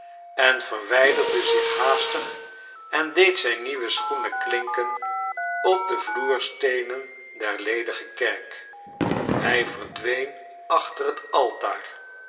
en verwijderde zich haastig en deed zijn nieuwe schoenen klinken op de vloersteenen der ledige kerk hij verdween achter het altaar